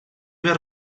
més